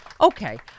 Okay